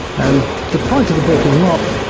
and the point of the book is not,